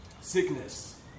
Sickness